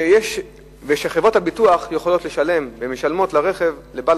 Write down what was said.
וחברות הביטוח יכולות לשלם ומשלמות לבעל